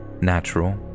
Natural